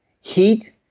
heat